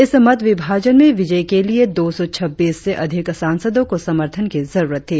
इस मत विभाजन में विजय के लिये दो सौ छबीस से अधिक सांसदो को समर्थन की जरुरत थी